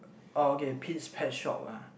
orh okay Pete's pet shop ah